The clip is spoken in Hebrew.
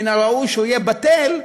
מן הראוי שיהיה בטל,